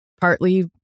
partly